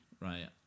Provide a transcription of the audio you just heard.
right